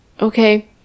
okay